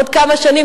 בעוד כמה שנים,